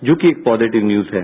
जो कि एक पॉजिटिव न्यूज है